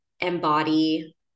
embody